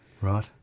Right